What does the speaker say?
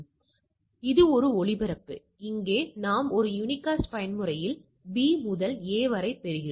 எனவே இது ஒரு ஒளிபரப்பு இங்கே நாம் ஒரு யூனிகாஸ்ட் பயன்முறையில் B முதல் A வரை பெறுகிறோம்